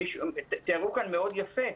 אמרו כאן יפה,